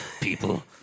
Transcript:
people